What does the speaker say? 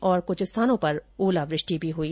वहीं कुछ स्थानों पर ओलावृष्टि भी हुई